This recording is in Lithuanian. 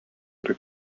yra